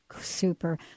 Super